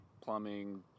plumbing